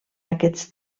aquest